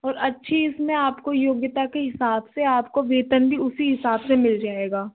और अच्छी इसमें आपको योग्यता के हिसाब से आपको वेतन भी उसी हिसाब से मिल जाएगा